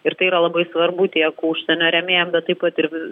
ir tai yra labai svarbu tiek užsienio rėmėjam bet taip pat ir